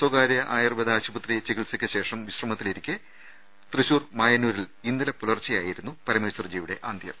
സ്വകാര്യ ആയുർവേദ ആശുപത്രി ചികിത്സയ്ക്ക് ശേഷം വിശ്രമത്തി ലിരിക്കെ തൃശൂർ മായന്നൂരിൽ ഇന്നലെ പുലർച്ചെയായിരുന്നു പര മേശ്വർജിയുടെ അന്ത്യം